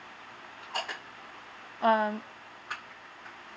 um